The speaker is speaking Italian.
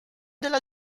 della